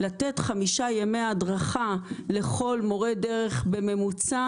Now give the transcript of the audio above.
לתת חמישה ימי הדרכה לכל מורה דרך בממוצע